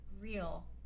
real